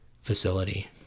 facility